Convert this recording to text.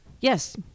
Yes